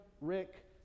Rick